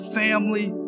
family